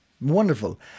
wonderful